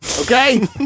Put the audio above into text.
Okay